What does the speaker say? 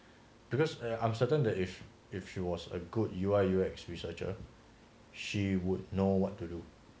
because I'm certain that if if she was a good U_I_U_X researcher she would know what to do